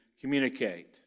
communicate